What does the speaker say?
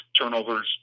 turnovers